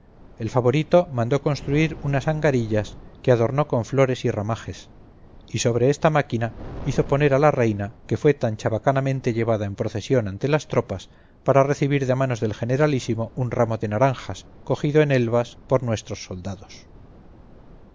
el favorito mandó construir unas angarillas que adornó con flores y ramajes y sobre esta máquina hizo poner a la reina que fue tan chabacanamente llevada en procesión ante las tropas para recibir de manos del generalísimo un ramo de naranjas cogido en elvas por nuestros soldados